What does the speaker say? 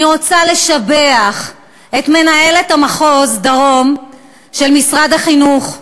אני רוצה לשבח את מנהלת מחוז דרום של משרד החינוך,